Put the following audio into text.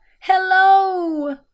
Hello